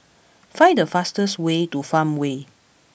find the fastest way to Farmway